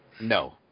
No